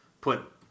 put